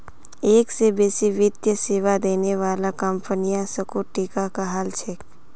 एक स बेसी वित्तीय सेवा देने बाला कंपनियां संगुटिका कहला छेक